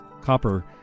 copper